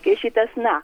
ir šitas na